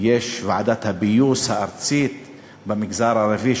יש ועדת הפיוס הארצית במגזר הערבי,